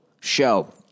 show